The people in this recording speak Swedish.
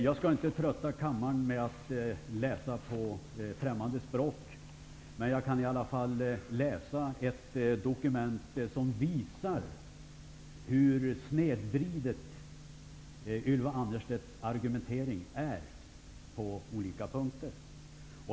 Jag skall inte trötta kammaren med att läsa på främmande språk. Men jag skall läsa upp ett dokument som visar hur snedvriden Ylva Annerstedts argumentering är på olika punkter.